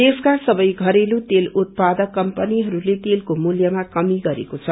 देशक सबै घरेलु तेल उतपादक बम्पनीहरूले तेलको मूल्यमा कमी गरेको छ